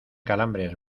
calambres